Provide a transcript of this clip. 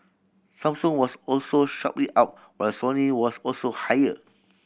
Samsung was also sharply up while Sony was also higher